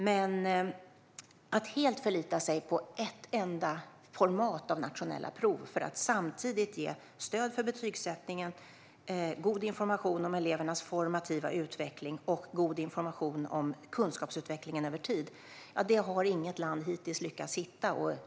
Men att helt förlita sig på ett enda format av nationella prov för att samtidigt ge stöd för betygsättningen, god information om elevernas formativa utveckling och god information om kunskapsutvecklingen över tid har hittills inget land lyckats med.